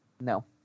No